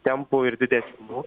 tempų ir didesnių